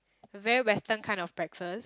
a very western kind of breakfast